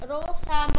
Rosa